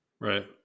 Right